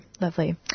lovely